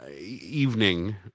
evening